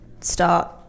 start